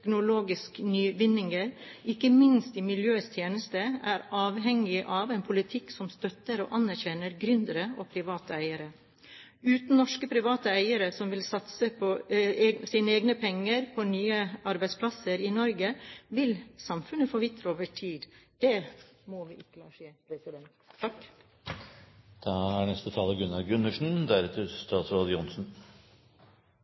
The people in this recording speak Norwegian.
teknologiske nyvinninger, ikke minst i miljøets tjeneste, er avhengig av en politikk som støtter og anerkjenner gründere og private eiere. Uten norske private eiere som vil satse sine egne penger på nye arbeidsplasser i Norge, vil samfunnet forvitre over tid. Det må vi ikke